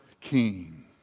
King